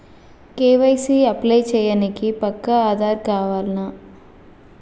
KYC apply చేయనీకి పక్కా ఆధార్ కావాల్నా?